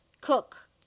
cook